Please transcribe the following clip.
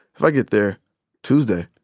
if i get there tuesday,